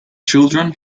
children